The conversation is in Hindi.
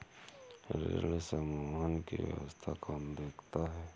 ऋण समूहन की व्यवस्था कौन देखता है?